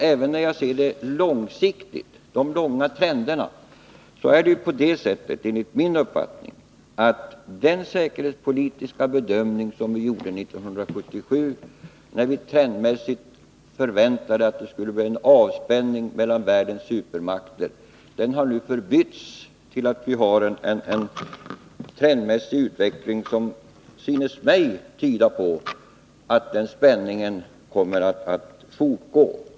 Även när det gäller trenderna på lång sikt är det enligt min uppfattning på det sättet att den säkerhetspolitiska bedömning som vi gjorde 1977 — när vi förväntade att det skulle bli en fortgående avspänning mellan världens supermakter — nu har förbytts i en trendmässig utveckling som tyder på att spänningen kommer att bestå.